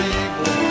evil